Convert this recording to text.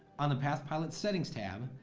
on the path pilot's settings tab,